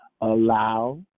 allow